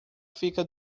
fica